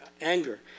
anger